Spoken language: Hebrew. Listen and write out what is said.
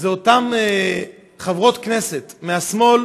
אלה אותן חברות כנסת מהשמאל